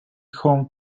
home